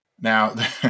Now